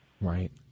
Right